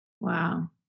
Wow